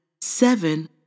seven